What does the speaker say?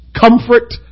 comfort